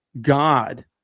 God